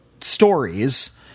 stories